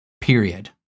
period